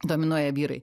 dominuoja vyrai